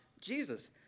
Jesus